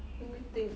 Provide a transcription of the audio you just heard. let me think